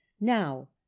now